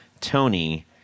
Tony